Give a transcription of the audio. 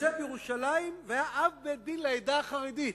התיישב בירושלים, והיה אב-בית-דין לעדה החרדית.